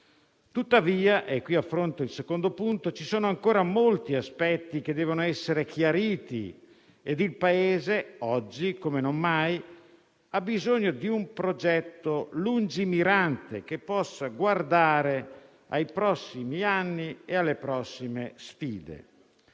Tuttavia - e qui affronto il secondo punto - ci sono ancora molti aspetti che devono essere chiariti e il Paese, oggi come non mai, ha bisogno di un progetto lungimirante, che guardi ai prossimi anni e alle prossime sfide.